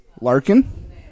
Larkin